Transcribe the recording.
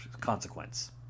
consequence